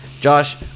Josh